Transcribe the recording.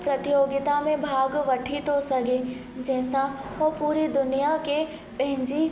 प्रतियोगिता में भाग वठी थो सघे जंहिंसां उहो पूरी दुनिया खे पंहिंजी